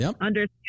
understand